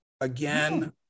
again